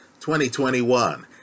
2021